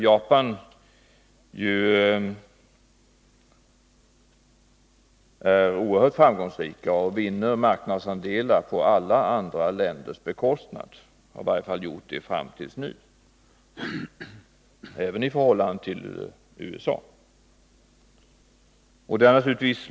Japan är oerhört framgångsrikt och vinner marknadsandelar på alla andra länders bekostnad. Man har i varje fall gjort det fram till nu, även i förhållande till USA.